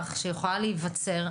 חלקם קיבלו מנה רביעית,